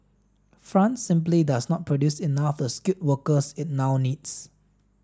France simply does not produce enough the skilled workers it now needs